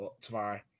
tomorrow